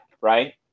right